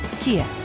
Kia